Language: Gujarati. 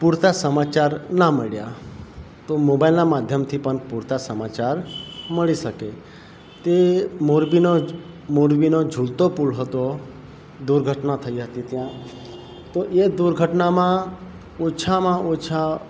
પૂરતા સમાચાર ના મળ્યા તો મોબાઈલના માધ્યમથી પણ પૂરતા સમાચાર મળી શકે તે મોરબીનો જ મોરબીનો ઝુલતો પુલ હતો દુર્ઘટના થઈ હતી ત્યાં તો એ દુર્ઘટનામાં ઓછામાં ઓછા